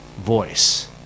voice